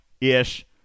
Ish